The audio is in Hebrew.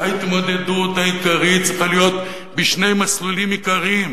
ההתמודדות העיקרית צריכה להיות בשני מסלולים עיקריים.